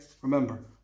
Remember